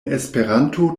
esperanto